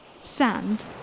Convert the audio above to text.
sand